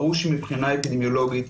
ברור שמבחינה אפידמיולוגית,